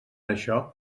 això